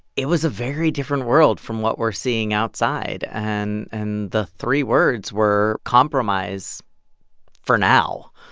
it was a very different world from what we're seeing outside. and and the three words were compromise for now.